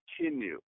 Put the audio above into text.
continue